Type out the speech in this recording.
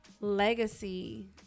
legacy